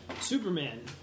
Superman